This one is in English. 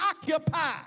occupy